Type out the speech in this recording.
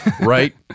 Right